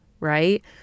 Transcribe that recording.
Right